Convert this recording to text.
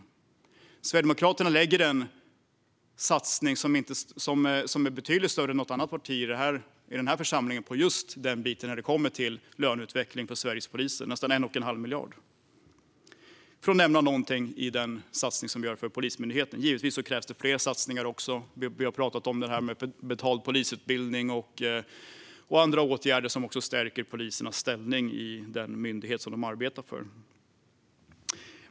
Sverigedemokraterna lägger fram en betydligt större satsning än något annat parti i den här församlingen på just löneutveckling för Sveriges poliser, nästan 1 1⁄2 miljard, för att nämna någonting i den satsning vi gör på Polismyndigheten. Givetvis krävs det fler satsningar. Vi har pratat om betald polisutbildning och andra åtgärder som stärker polisernas ställning i den myndighet som de arbetar för.